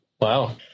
Wow